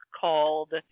called